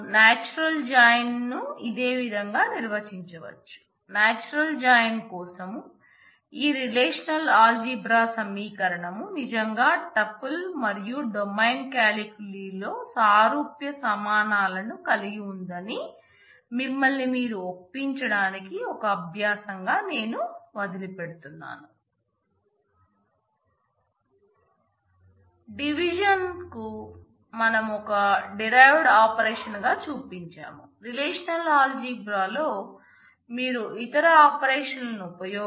మనము natural join లో సారూప్య సమానాలను కలిగి ఉందని మిమ్మల్ని మీరు ఒప్పించడానికి ఒక అభ్యాసంగా నేను వదిలిపెడతాను